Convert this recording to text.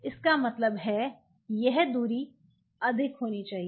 इसका मतलब है यह दूरी अधिक होनी चाहिए